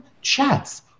chats